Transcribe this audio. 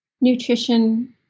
nutrition